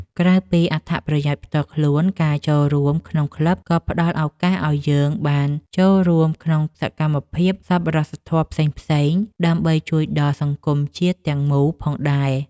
ក្រៅពីអត្ថប្រយោជន៍ផ្ទាល់ខ្លួន ការចូលរួមក្នុងក្លឹបក៏ផ្តល់ឱកាសឱ្យយើងបានចូលរួមក្នុងសកម្មភាពសប្បុរសធម៌ផ្សេងៗ ដើម្បីជួយដល់សង្គមជាតិទាំងមូលផងដែរ។